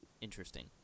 interesting